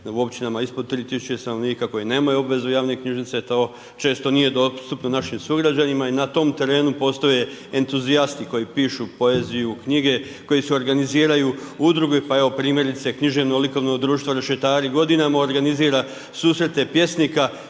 u općinama ispod 3000 stanovnika, koje nemaju obvezu javne knjižnice je to često nije dostupno našim sugrađanima i na tom terenu postoje entuzijasti, koji pišu poeziju knjige, koje se organiziraju u udrugu, pa evo, primjerice, knjiženo, likovno društvo rešetati godinama, organizira susreta pjesnika